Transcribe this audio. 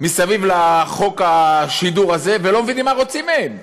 מסביב לחוק השידור הזה, ולא מבינים מה רוצים מהם.